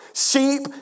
Sheep